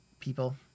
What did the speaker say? people